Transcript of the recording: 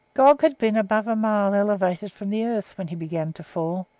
gog had been above a mile elevated from the earth when he began to fall,